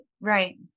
Right